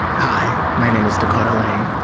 hi. my name is dakota lane,